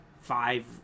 five